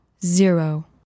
zero